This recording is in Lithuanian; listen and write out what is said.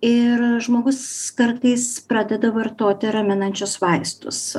ir žmogus kartais pradeda vartoti raminančius vaistus